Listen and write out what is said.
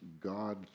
God